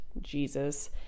jesus